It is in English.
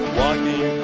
walking